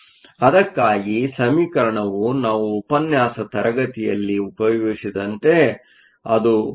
ಆದ್ದರಿಂದ ಅದಕ್ಕಾಗಿ ಸಮೀಕರಣವು ನಾವು ಉಪನ್ಯಾಸ ತರಗತಿಯಲ್ಲಿ ಉಪಯೋಗಿಸದಂತೆ ಅದು 13